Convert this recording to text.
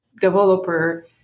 developer